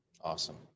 Awesome